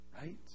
Right